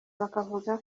bakavuga